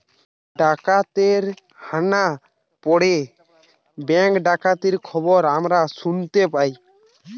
ডাকাতের হানা পড়ে ব্যাঙ্ক ডাকাতির খবর আমরা শুনতে পাই